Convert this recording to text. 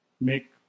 make